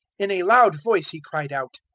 in a loud voice he cried out,